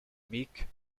mick